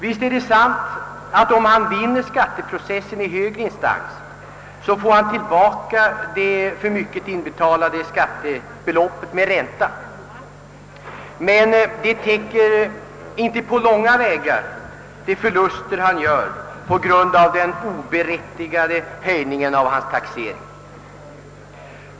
Visst är det sant att han, om han vinner skatteprocessen i högre instans, får tillbaka det för mycket inbetalade skattebeloppet med ränta, men detta täcker inte på långt när de förluster han gör till följd av den oberättigade höjningen av hans taxering.